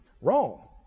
Wrong